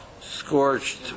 scorched